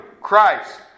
Christ